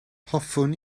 hoffwn